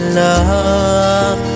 love